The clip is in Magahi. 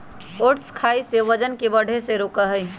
ओट्स खाई से वजन के बढ़े से रोका हई